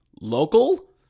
local